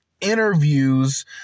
interviews